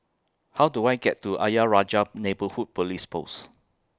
How Do I get to Ayer Rajah Neighbourhood Police Post